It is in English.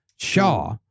Shaw